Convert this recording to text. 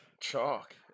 Chalk